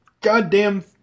goddamn